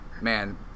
man